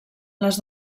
les